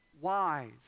wise